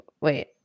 Wait